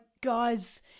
guys